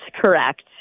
correct